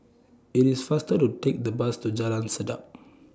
IS IT faster to Take The Bus to Jalan Sedap